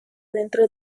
dentro